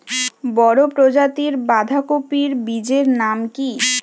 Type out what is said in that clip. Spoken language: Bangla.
বড় প্রজাতীর বাঁধাকপির বীজের নাম কি?